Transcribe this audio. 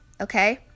okay